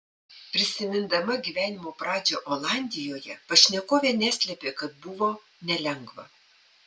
prisimindama gyvenimo pradžią olandijoje pašnekovė neslėpė kad buvo nelengva